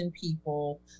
people